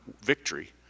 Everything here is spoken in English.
victory